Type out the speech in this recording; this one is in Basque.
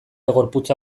gorputza